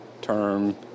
term